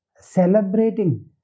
celebrating